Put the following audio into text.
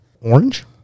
orange